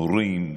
מורים,